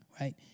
right